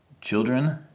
Children